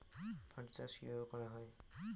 পাট চাষ কীভাবে করা হয়?